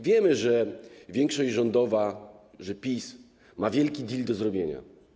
Wiemy, że większość rządowa, PiS ma wielki deal do zrobienia.